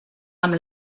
amb